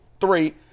three